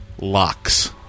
locks